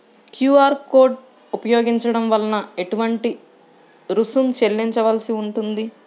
QR code ఉపయోగించటం వలన ఏటువంటి రుసుం చెల్లించవలసి ఉంటుంది?